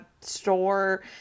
store